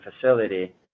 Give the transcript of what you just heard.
facility